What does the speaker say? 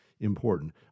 important